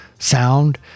Sound